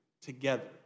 together